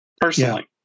personally